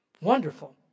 Wonderful